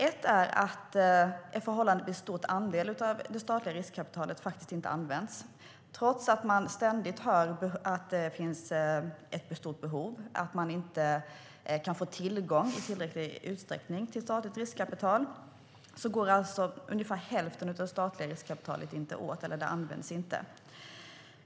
Ett är att en förhållandevis stor andel av det statliga riskkapitalet inte används. Trots att man ständigt hör att det finns ett stort behov och att företag inte i tillräckligt stor utsträckning kan få tillgång till statligt riskkapital används inte hälften av det statliga riskkapitalet.